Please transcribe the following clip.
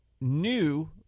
new